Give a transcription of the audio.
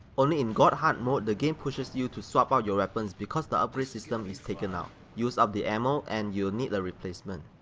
only in god hard mode the game pushes you to swap out your weapons because the upgrade system is taken out, used up the ammo and you'll need a replacement.